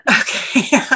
Okay